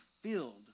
filled